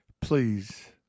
Please